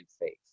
faith